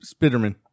Spiderman